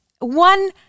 One